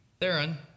Theron